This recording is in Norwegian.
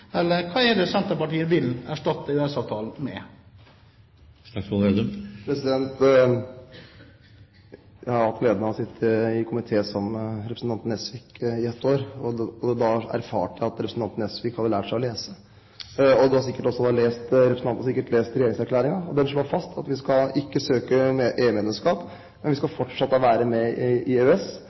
Hva er det Senterpartiet vil erstatte EØS-avtalen med? Jeg har hatt gleden av å sitte i komité sammen med representanten Nesvik i ett år, og har da erfart at representanten Nesvik hadde lært seg å lese, og representanten har sikkert også da lest regjeringserklæringen. Den slår fast at vi ikke skal søke EU-medlemskap, men vi skal fortsatt være med i EØS.